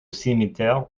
cimetière